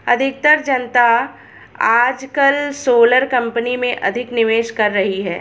अधिकतर जनता आजकल सोलर कंपनी में अधिक निवेश कर रही है